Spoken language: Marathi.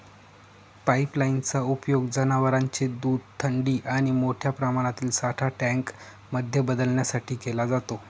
पाईपलाईन चा उपयोग जनवरांचे दूध थंडी आणि मोठ्या प्रमाणातील साठा टँक मध्ये बदलण्यासाठी केला जातो